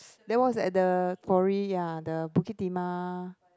that was at the quarry ya the Bukit Timah